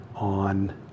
on